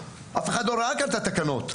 אף אחד לא ראה את התקנות.